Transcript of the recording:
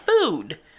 food